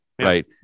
right